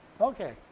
Okay